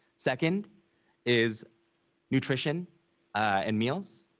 second is nutrition and meals.